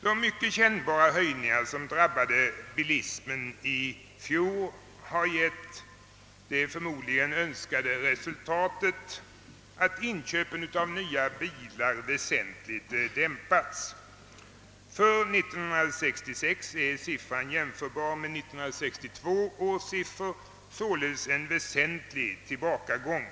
De mycket kännbara höjningar som drabbade bilismen i fjol har gett det förmodligen önskade resultatet att inköpen av nya bilar väsentligt har dämpats. 1966 års siffror är jämförbara med 1962 års, således en väsentlig tillbakagång.